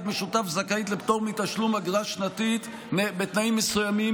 משותף זכאית לפטור מתשלום אגרה שנתית בתנאים מסוימים,